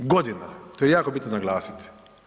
Godina, to je jako bitno naglasit.